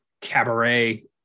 cabaret